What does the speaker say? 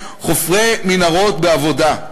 חופרי מנהרות בעבודה.